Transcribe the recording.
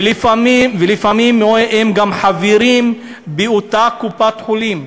ולפעמים הם גם חברים באותה קופת-חולים,